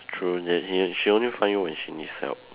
true need he she only find you when she needs help